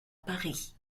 paris